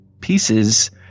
pieces